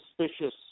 suspicious